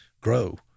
grow